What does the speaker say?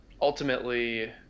ultimately